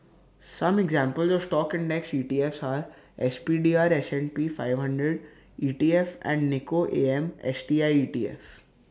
some examples of stock index E T F S are S P D R S and P five hundred E T F and Nikko A M S T I E T F